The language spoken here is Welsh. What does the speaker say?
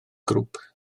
grŵp